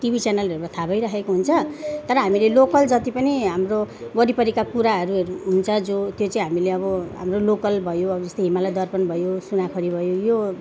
TV च्यानलहरूमा थाहा भइरहेको हुन्छ तर हामीले लोकल जति पनि हाम्रो वरिपरिका कुराहरू हुन्छ जो त्यो चाहिँ हामीले अब हाम्रो लोकल भयो अब जस्तै हिमालय दर्पण भयो सुनाखरी भयो